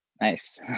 Nice